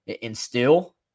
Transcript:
instill